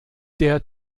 der